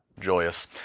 Joyous